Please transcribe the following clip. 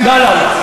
לא, לא.